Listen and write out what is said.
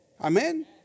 Amen